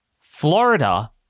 Florida